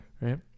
Right